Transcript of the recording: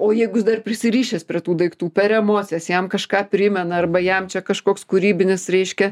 o jeigu jis dar prisirišęs prie tų daiktų per emocijas jam kažką primena arba jam čia kažkoks kūrybinis reiškia